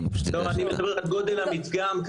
לא, אני מדבר על גודל המדגם,